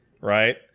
right